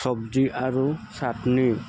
চবজি আৰু চাটনি